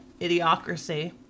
idiocracy